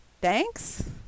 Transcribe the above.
thanks